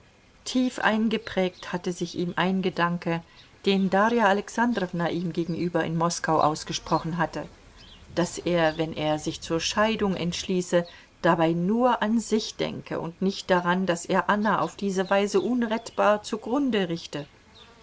tief eingeprägt hatte sich ihm ein gedanke den darja alexandrowna ihm gegenüber in moskau ausgesprochen hatte daß er wenn er sich zur scheidung entschließe dabei nur an sich denke und nicht daran daß er anna auf diese weise unrettbar zugrunde richte